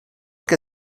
que